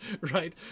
right